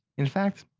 in fact,